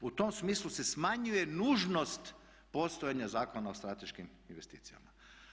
U tom smislu se smanjuje nužnost postojanja Zakona o strateškim investicijama.